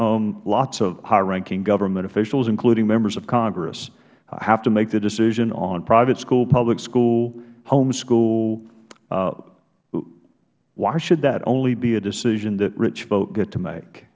but lots of high ranking government officials including members of congress have to make the decision on private school public school home school why should that only be a decision that rich folk get to make